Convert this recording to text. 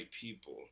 people